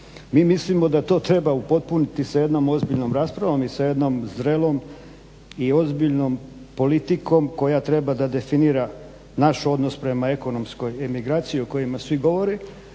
Mi mislimo da to treba upotpuniti sa jednom ozbiljnom raspravom i sa jednom zrelom i ozbiljnom politikom koja treba da definira naš odnos prema ekonomskoj emigraciji o kojoj svi govore,